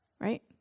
right